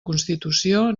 constitució